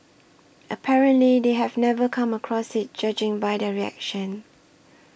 apparently they have never come across it judging by their reaction